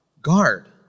guard